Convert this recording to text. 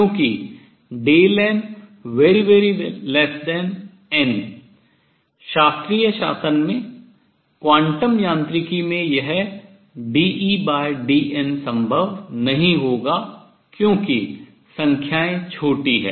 क्योंकि n n शास्त्रीय शासन में क्वांटम यांत्रिकी में यह dEdn संभव नहीं होगा क्योंकि संख्याएँ छोटी हैं